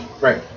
Right